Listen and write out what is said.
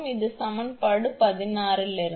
இது சமன்பாடு 16 இலிருந்து